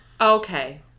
okay